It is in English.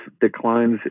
declines